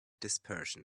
dispersion